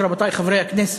רבותי חברי הכנסת: